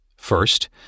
First